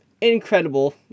incredible